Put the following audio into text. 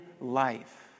life